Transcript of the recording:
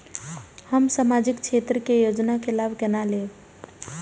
हम सामाजिक क्षेत्र के योजना के लाभ केना लेब?